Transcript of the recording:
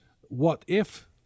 what-if